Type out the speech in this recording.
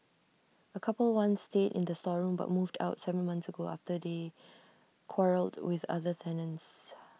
A couple once stayed in the storeroom but moved out Seven months ago after they quarrelled with other tenants